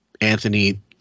Anthony –